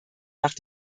nach